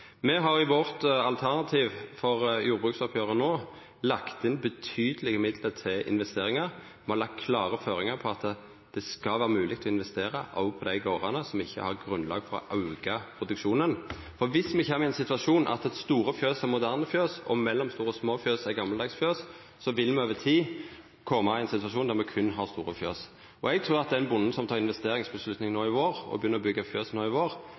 Me har i vårt alternativ for jordbruksoppgjeret no lagt inn betydelege midlar til investeringar. Me har lagt klare føringar på at det skal vera mogleg å investera òg på dei gardane som ikkje har grunnlag for å auka produksjonen. For om me kjem i ein situasjon der store fjøs er moderne fjøs og mellomstore og små fjøs er gamaldagse fjøs, vil me over tid koma i ein situasjon der me berre har store fjøs. Eg trur at den bonden som tek ei investeringsavgjerd no i vår